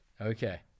Okay